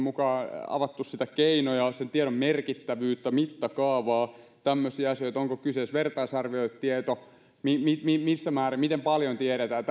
mukaan avattu keinoja ja tiedon merkittävyyttä mittakaavaa tämmöisiä asioita onko kyseessä vertaisarvioitu tieto miten paljon tiedetään